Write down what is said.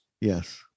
Yes